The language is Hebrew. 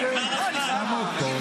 את צריכה לסיים.